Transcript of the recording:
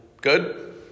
Good